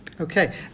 Okay